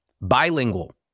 Bilingual